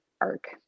arc